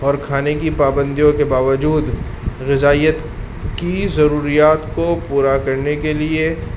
اور کھانے کی پابندیوں کے باوجود غذائیت کی ضروریات کو پورا کرنے کے لیے